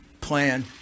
plan